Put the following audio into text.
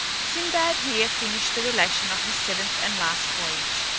sinbad here finished the relation of his seventh and last voyage,